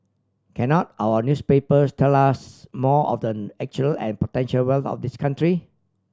cannot our newspapers tell us more of the actual and potential wealth of this country